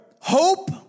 hope